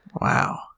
wow